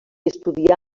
estudià